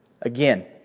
again